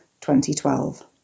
2012